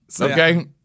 Okay